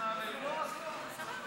אז נעלה את זה.